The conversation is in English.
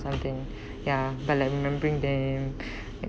something ya but I'll remembering them